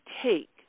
take